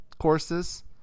courses